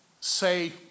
say